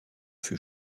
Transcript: fut